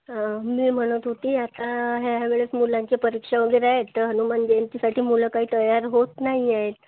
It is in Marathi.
मी म्हणत होती आता ह्या वेळेस मुलांच्या परीक्षा वगैरे आहेत तर हनुमान जयंतीसाठी मुलं काही तयार होत नाही आहेत